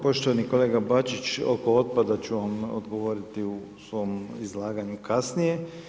Poštovani kolega Bačić oko otpada ću vam odgovoriti u svom izlaganju kasnije.